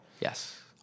yes